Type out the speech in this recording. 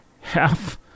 half